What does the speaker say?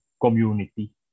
community